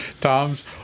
Tom's